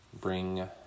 Bring